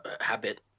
habit